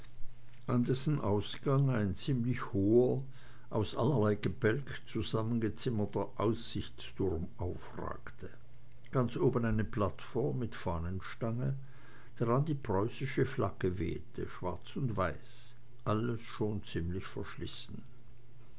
dessen ausgang ein ziemlich hoher aus allerlei gebälk zusammengezimmerter aussichtsturm aufragte ganz oben eine plattform mit fahnenstange daran die preußische flagge wehte schwarz und weiß alles schon ziemlich verschlissen